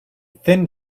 thin